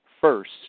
first